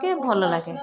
ଟିକେ ଭଲ ଲାଗେ